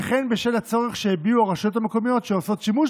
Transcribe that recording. וכן בשל הצורך שהביעו הרשויות המקומיות שעושות שימוש